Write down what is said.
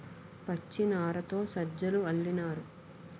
పచ్చినారతో సజ్జలు అల్లినారు